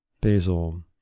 Basil